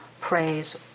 praise